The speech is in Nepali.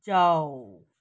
जाऊ